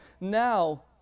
now